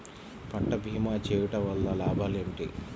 పంట భీమా చేయుటవల్ల లాభాలు ఏమిటి?